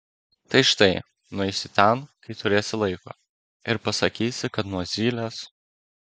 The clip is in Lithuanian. tai štai nueisi ten kai turėsi laiko ir pasakysi kad nuo zylės